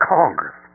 congress